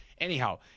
Anyhow